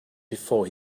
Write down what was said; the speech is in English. before